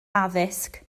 addysg